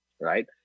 right